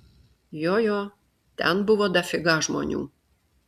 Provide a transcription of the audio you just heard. jo jo ten buvo dafiga žmonių